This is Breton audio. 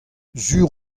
sur